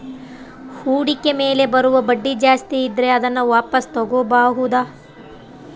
ಹೂಡಿಕೆ ಮೇಲೆ ಬರುವ ಬಡ್ಡಿ ಜಾಸ್ತಿ ಇದ್ರೆ ಅದನ್ನ ವಾಪಾಸ್ ತೊಗೋಬಾಹುದು